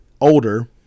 older